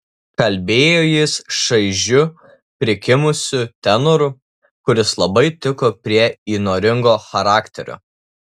kalbėjo jis šaižiu prikimusiu tenoru kuris labai tiko prie įnoringo charakterio